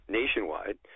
nationwide